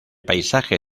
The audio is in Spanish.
paisaje